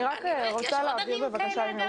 אגב, יש עוד ערים כאלה?